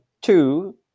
two